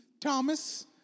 Thomas